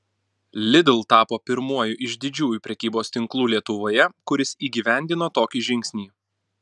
lidl tapo pirmuoju iš didžiųjų prekybos tinklų lietuvoje kuris įgyvendino tokį žingsnį